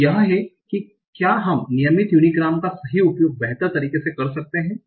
तो यह है कि क्या हम नियमित यूनीग्राम का सही उपयोग बेहतर तरीके से कर सकते हैं